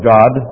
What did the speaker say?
God